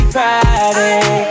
Friday